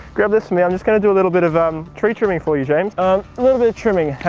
grab this for me i'm just gonna do a little bit of um tree trimming for you james. um a little bit of trimming,